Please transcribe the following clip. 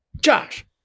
Josh